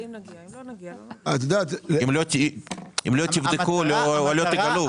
אם לא תבדקו לא תגלו.